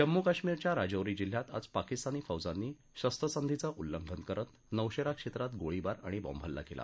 जम्मू कश्मीरच्या राजौरी जिल्ह्यात आज पाकिस्तानी फौजांनी शरवसंधीचं उल्लंघन करत नौशेरा क्षेत्रात गोळीबार आणि बॅम्बहल्ला केला